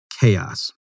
chaos